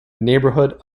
neighbourhood